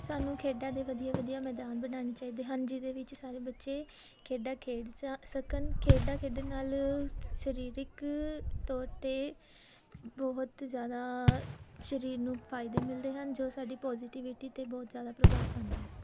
ਸਾਨੂੰ ਖੇਡਾਂ ਦੇ ਵਧੀਆ ਵਧੀਆ ਮੈਦਾਨ ਬਣਾਉਣੇ ਚਾਹੀਦੇ ਹਨ ਜਿਹਦੇ ਵਿੱਚ ਸਾਰੇ ਬੱਚੇ ਖੇਡਾਂ ਖੇਡ ਸ ਸਕਣ ਖੇਡਾਂ ਖੇਡਣ ਨਾਲ ਸਰੀਰਕ ਤੌਰ 'ਤੇ ਬਹੁਤ ਜ਼ਿਆਦਾ ਸਰੀਰ ਨੂੰ ਫਾਇਦੇ ਮਿਲਦੇ ਹਨ ਜੋ ਸਾਡੀ ਪੋਜ਼ੀਟੀਵਿਟੀ 'ਤੇ ਬਹੁਤ ਜ਼ਿਆਦਾ ਪ੍ਰਭਾਵ ਪਾਉਂਦੇ ਹੈ